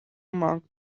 mark